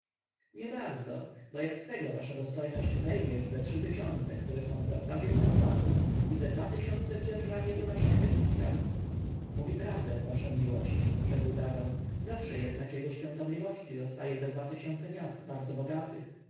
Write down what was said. niebardzo bo jak z tego wasza dostojność odejmiesz ze trzy tysiące które są w zastawie u kapłanów i ze dwa tysiące w dzierżawie u naszych fenicjan mówi prawdę wasza miłość rzekł dagon zawsze jednak jego świątobliwości zostaje ze dwa tysiące miast bardzo bogatych